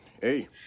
hey